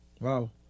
Wow